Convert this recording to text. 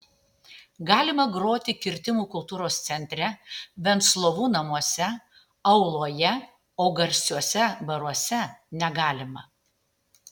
galima groti kirtimų kultūros centre venclovų namuose auloje o garsiuose baruose negalima